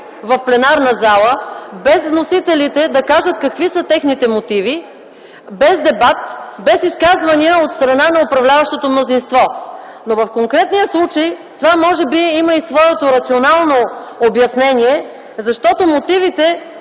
в пленарна зала без вносителите да кажат какви са техните мотиви, без дебати, без изказвания от страна на управляващото мнозинство. Но в конкретния случай това може би има и своето рационално обяснение, защото мотивите,